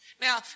Now